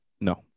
no